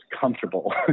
comfortable